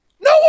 No